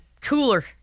cooler